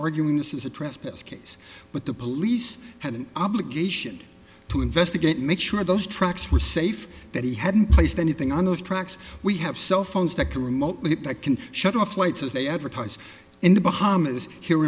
arguing this is a trespass case but the police had an obligation to investigate make sure those tracks were safe that he hadn't placed anything on those tracks we have cell phones that can remotely that can shut off lights as they advertise in the bahamas here